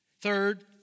Third